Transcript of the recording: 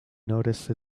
noticed